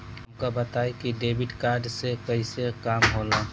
हमका बताई कि डेबिट कार्ड से कईसे काम होला?